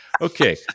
Okay